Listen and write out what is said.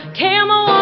camel